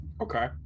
okay